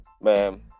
man